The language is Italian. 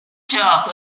gioco